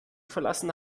verlassen